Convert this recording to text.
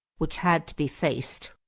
which had to be faced.